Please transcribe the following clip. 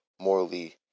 morally